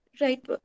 Right